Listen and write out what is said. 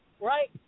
right